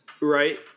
Right